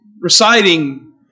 reciting